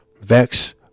vex